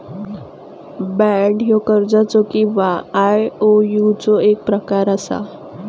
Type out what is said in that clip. bond ह्यो कर्जाचो किंवा आयओयूचो एक प्रकार असा